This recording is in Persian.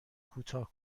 کوتاه